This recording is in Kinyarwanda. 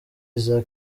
iza